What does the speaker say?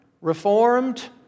Reformed